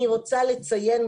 אני רוצה לציין,